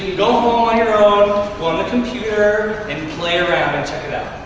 go home on your own, go on the computer, and play around and check it out.